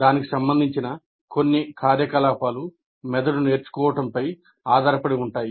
దానికి సంబంధించిన కొన్ని కార్యకలాపాలు మెదడు నేర్చుకోవడంపై ఆధారపడి ఉంటాయి